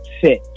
fit